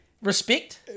Respect